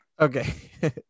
Okay